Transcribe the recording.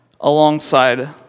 alongside